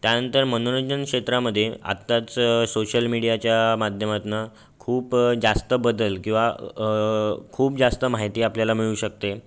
त्यानंतर मनोरंजन क्षेत्रामध्ये आत्ताच सोशल मीडियाच्या माध्यमातनं खूप जास्त बदल किंवा खूप जास्त माहिती आपल्याला मिळू शकते